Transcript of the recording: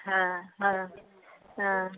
ᱦᱮᱸ ᱦᱮᱸ ᱦᱮᱸ